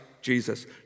Jesus